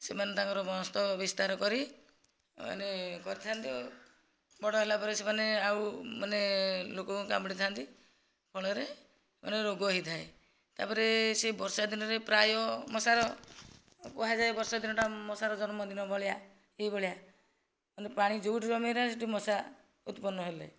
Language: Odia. ସେମାନେ ତାଙ୍କର ବଂଶ ବିସ୍ତାର କରି ମାନେ କରିଥାନ୍ତି ବଡ଼ ହେଲାପରେ ସେମାନେ ଆଉ ମାନେ ଲୋକଙ୍କୁ କାମୁଡ଼ି ଥାନ୍ତି ଫଳରେ ମାନେ ରୋଗ ହେଇଥାଏ ତାପରେ ସେ ବର୍ଷାଦିନରେ ପ୍ରାୟ ମଶାର କୁହାଯାଏ ବର୍ଷାଦିନ ଟା ମଶାର ଜନ୍ମଦିନ ଭଳିଆ ଏହିଭଳିଆ କିନ୍ତୁ ପାଣି ଯେଉଁଠି ଜମିକି ରୁହେ ସେଇଠି ମଶା ଉତ୍ପନ ହେଲେ